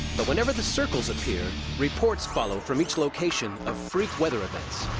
but whenever the circles appear, reports follow from each location of freak weather events.